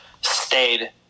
stayed